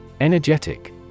Energetic